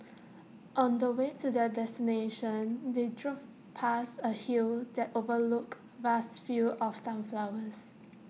on the way to their destination they drove past A hill that overlooked vast fields of sunflowers